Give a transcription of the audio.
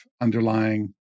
underlying